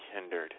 hindered